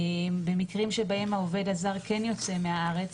במקרים שבהם העובד הזר כן יוצא מהארץ